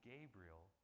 Gabriel